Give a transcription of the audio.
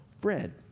bread